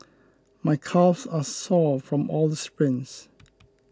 my calves are sore from all the sprints